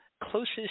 closest